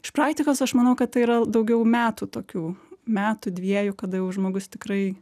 iš praktikos aš manau kad tai yra daugiau metų tokių metų dviejų kada jau žmogus tikrai